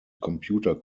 computer